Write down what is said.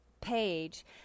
page